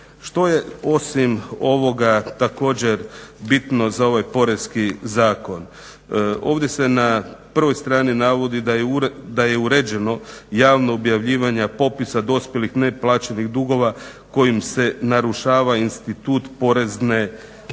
Što je osim ovoga također bitno za ovaj Porezni zakon? Ovdje se na prvoj strani navodi da je uređeno javno objavljivanje popisa dospjelih neplaćenih dugova kojim se narušava institut porezne tajne.